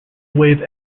wave